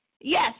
Yes